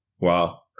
Wow